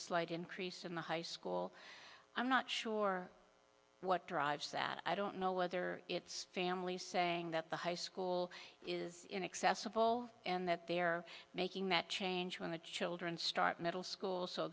slight increase in the high school i'm not sure what drives that i don't know whether it's families saying that the high school is inaccessible and that they're making that change when the children start middle school so